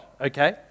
okay